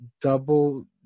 double